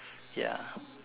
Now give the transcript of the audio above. ya